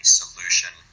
solution